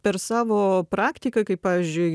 per savo praktiką kai pavyzdžiui